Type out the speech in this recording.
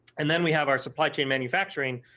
and then we have our supply chain manufacturing,